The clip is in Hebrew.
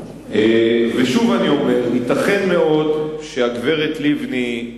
ושוב אני אומר: ייתכן מאוד שהגברת לבני,